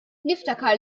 niftakar